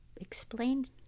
explained